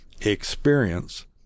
experience